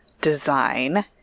design